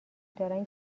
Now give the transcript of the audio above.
دارن